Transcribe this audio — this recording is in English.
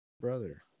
Brother